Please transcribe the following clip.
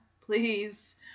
Please